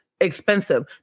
expensive